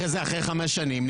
אחרי חמש שנים,